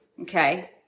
Okay